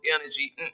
energy